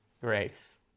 Grace